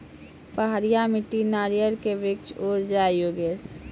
पहाड़िया मिट्टी नारियल के वृक्ष उड़ जाय योगेश?